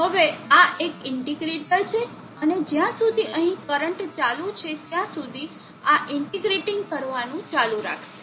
હવે આ એક ઇન્ટિગ્રેટર છે અને જ્યાં સુધી અહીં કરંટ ચાલુ છે ત્યાં સુધી આ ઇન્ટિગ્રેટીંગ કરવાનું ચાલુ રાખશે